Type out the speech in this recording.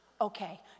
Okay